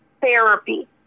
therapy